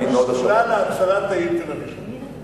שדולה להצלת העיר תל-אביב.